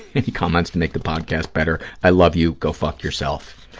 any comments to make the podcast better? i love you, go fuck yourself.